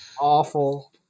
awful